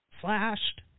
flashed